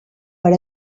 per